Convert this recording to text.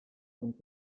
und